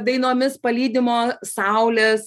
dainomis palydimo saulės